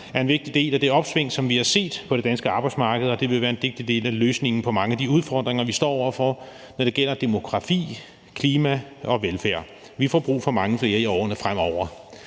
er en vigtig del af det opsving, som vi har set på det danske arbejdsmarked, og det vil være en vigtig del af løsningen på mange af de udfordringer, vi står over for, når det gælder demografi, klima og velfærd. Vi får brug for mange flere i årene fremover.